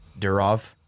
Durov